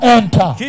enter